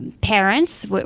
parents